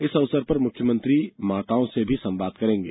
इस अवसर पर मुख्यमंत्री माताओं से भी संवाद करेंगे